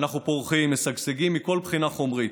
אנחנו פורחים, משגשגים מכל בחינה חומרית.